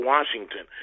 Washington